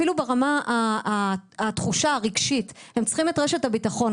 אפילו ברמת התחושה הרגשית כי הם צריכים ביטחון.